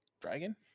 Dragon